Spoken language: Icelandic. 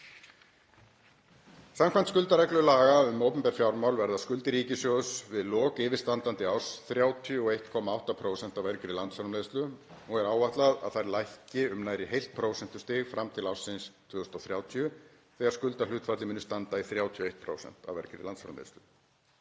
Samkvæmt skuldareglu laga um opinber fjármál verða skuldir ríkissjóðs við lok yfirstandandi árs 31,8% af vergri landsframleiðslu og er áætlað að þær lækki um nærri heilt prósentustig fram til ársins 2030 þegar skuldahlutfallið mun standa í 31% af vergri landsframleiðslu.